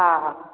हा हा